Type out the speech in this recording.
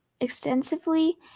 extensively